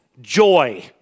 joy